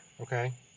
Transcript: Okay